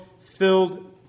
filled